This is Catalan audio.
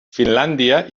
finlàndia